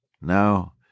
Now